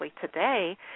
today